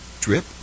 drip